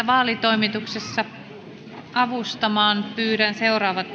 vaalitoimituksessa avustamaan pyydän seuraavat